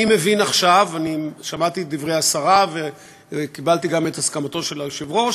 אני שמעתי את דברי השרה וקיבלתי גם את הסכמתו של היושב-ראש,